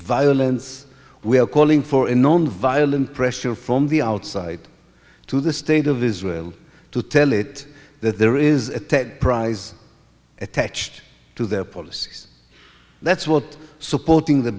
violence we are calling for a nonviolent pressure from the outside to the state of israel to tell it that there is a ted prize attached to their policies that's what supporting the